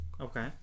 Okay